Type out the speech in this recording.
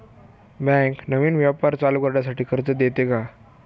Bank नवीन व्यापार चालू करण्यासाठी कर्ज देते का?